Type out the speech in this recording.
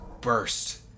burst